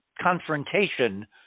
confrontation